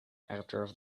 after